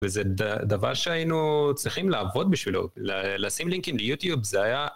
וזה דבר שהיינו צריכים לעבוד בשבילו, לשים לינקים ליוטיוב, זה היה...